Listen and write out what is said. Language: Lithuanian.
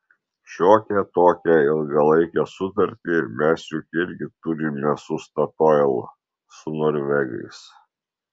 šiokią tokią ilgalaikę sutartį mes juk irgi turime su statoil su norvegais